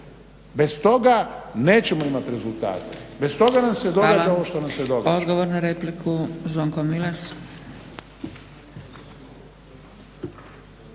Bez toga nećemo imati rezultate. Bez toga nam se događa ovo što nam se događa.